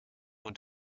und